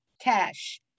cash